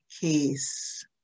case